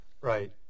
Right